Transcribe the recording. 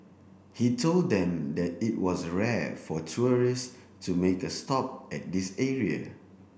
he told them that it was rare for tourists to make a stop at this area